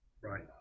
Right